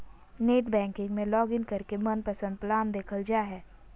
net banking में login करके मनपसंद प्लान देखल जा हय